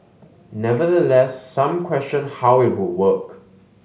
nevertheless some questioned how it would work